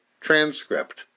transcript